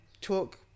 talk